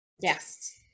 Yes